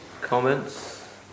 comments